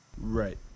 Right